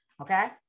okay